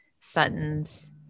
sutton's